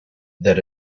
that